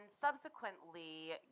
subsequently